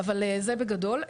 אבל זה בגדול,